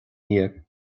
déag